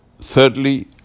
Thirdly